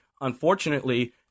Unfortunately